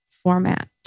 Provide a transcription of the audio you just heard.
format